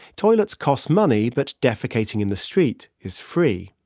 toilets costs money, but defecating in the street is free.